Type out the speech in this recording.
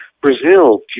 brazil